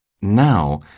Now